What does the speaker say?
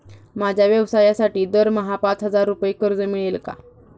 माझ्या व्यवसायासाठी दरमहा पाच हजार रुपये कर्ज मिळेल का?